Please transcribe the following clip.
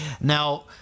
Now